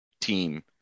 team